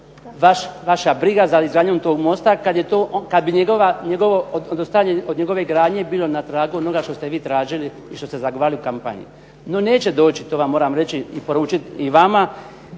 vaša briga za izgradnjom tog mosta kad bi njegovo, odustajanje od njegove gradnje bilo na tragu onoga što ste vi tražili i što ste zagovarali u kampanji. No neće doći to vam moram reći i poručiti i vama